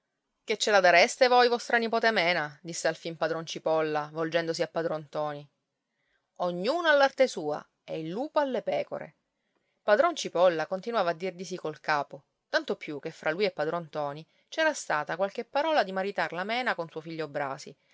che ce la dareste voi vostra nipote mena disse alfin padron cipolla volgendosi a padron ntoni ognuno all'arte sua e il lupo alle pecore padron cipolla continuava a dir di sì col capo tanto più che fra lui e padron ntoni c'era stata qualche parola di maritar la mena con suo figlio brasi